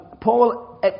Paul